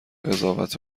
قضاوت